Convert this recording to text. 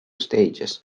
stages